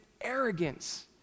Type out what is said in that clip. arrogance